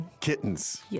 kittens